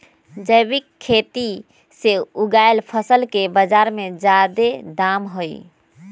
जैविक खेती से उगायल फसल के बाजार में जादे दाम हई